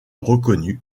reconnue